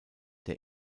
der